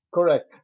Correct